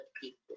people